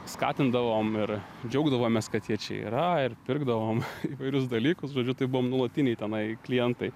skatindavom ir džiaugdavomės kad jie čia yra ir pirkdavom įvairius dalykus žodžiu tai buvom nuolatiniai tenai klientai